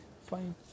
fine